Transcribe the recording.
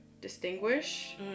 distinguish